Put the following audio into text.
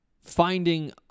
finding